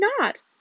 not